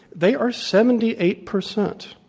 they are seventy eight percent.